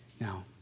Now